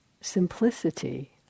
simplicity